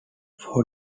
four